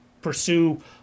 pursue